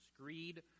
greed